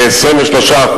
כ-23%,